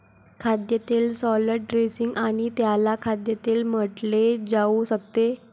खाद्यतेल salad dressing आणि त्याला खाद्यतेल म्हटले जाऊ शकते